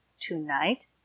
tonight